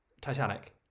titanic